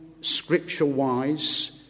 scripture-wise